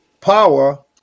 power